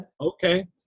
Okay